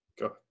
Go